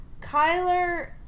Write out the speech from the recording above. Kyler